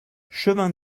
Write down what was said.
chemin